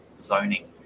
zoning